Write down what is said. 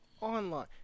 online